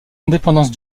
indépendance